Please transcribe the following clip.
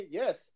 yes